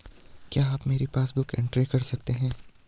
क्या आप मेरी पासबुक बुक एंट्री कर सकते हैं?